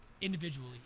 individually